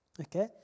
okay